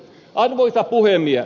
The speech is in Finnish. arvoisa puhemies